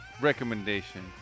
recommendation